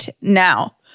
Now